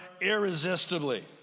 irresistibly